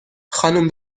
خانم